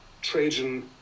trajan